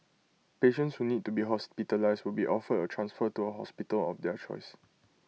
patients who need to be hospitalised will be offered A transfer to A hospital of their choice